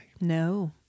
No